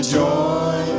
joy